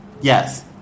Yes